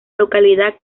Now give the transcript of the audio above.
localidad